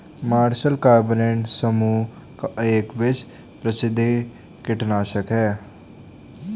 martial carbonate समूह का एक विश्व प्रसिद्ध कीटनाशक है